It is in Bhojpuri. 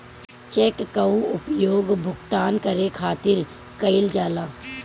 चेक कअ उपयोग भुगतान करे खातिर कईल जाला